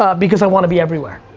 um because i wanna be everywhere.